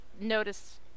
notice